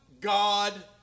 God